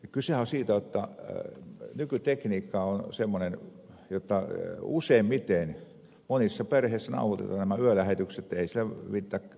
kysehän on siitä että nykytekniikka on semmoinen jotta useimmiten monissa perheissä nauhoitetaan nämä yölähetykset